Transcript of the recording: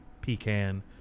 pecan